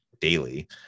daily